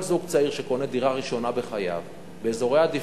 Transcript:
כל זוג צעיר שקונה דירה ראשונה בחייו באזורי עדיפות,